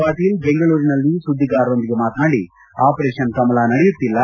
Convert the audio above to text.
ಪಾಟೀಲ್ ಬೆಂಗಳೂರಿನಲ್ಲಿ ಸುದ್ದಿಗಾರರೊಂದಿಗೆ ಮಾತನಾಡಿ ಅಪರೇಷನ್ ಕಮಲ ನಡೆಯುತ್ತಿಲ್ಲ